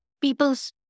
people's